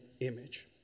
image